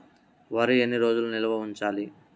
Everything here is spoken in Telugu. వరి ఎన్ని రోజులు నిల్వ ఉంచాలి?